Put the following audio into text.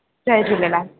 Jay Jhulelal